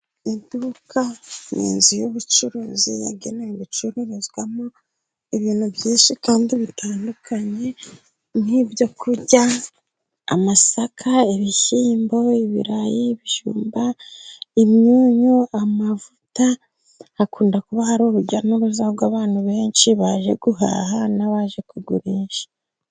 Iduka ni inzu y'ubucuruzi yagenewe gucururizwamo ibintu byinshi kandi bitandukanye, nk'ibyo kurya amasaka, ibishyimbo, ibirayi, ibijumba, imyunyu, amavuta, hakunda kuba hari uru n'urujya rw'abantu benshi, baje guhaha n'abaje kugurisha.